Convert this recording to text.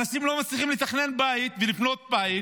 אנשים לא מצליחים לתכנן בית ולבנות בית